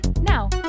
Now